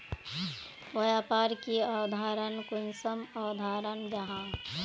व्यापार की अवधारण कुंसम अवधारण जाहा?